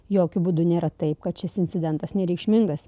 jokiu būdu nėra taip kad šis incidentas nereikšmingas